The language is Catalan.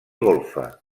golfa